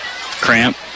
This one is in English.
Cramp